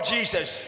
Jesus